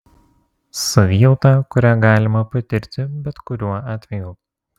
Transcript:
savijauta kurią galima patirti bet kuriuo atveju